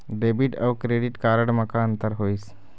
Debit अऊ credit card म का अंतर होइस?